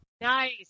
Nice